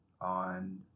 on